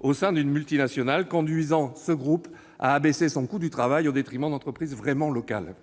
au sein d'une multinationale, conduisent ces groupes à abaisser leur coût du travail au détriment d'entreprises vraiment locales.